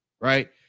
right